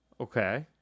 Okay